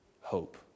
hope